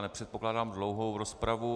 Nepředpokládám dlouhou rozpravu.